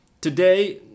today